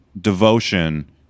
devotion